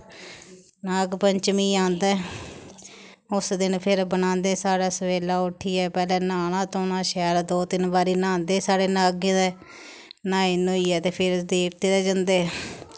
नाग पंचमी आंदे उस दिन फिर बनांदे साढ़ै सवेल्ला उट्ठियै पैह्लैं न्हाना धोना शैल दो तिन्न बारी न्हांदे साढ़ै नागैं दे न्हाई न्हुइयै ते फिर देवतें दे जंदे